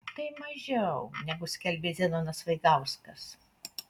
tai mažiau negu skelbė zenonas vaigauskas